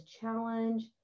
challenge